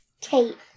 Kate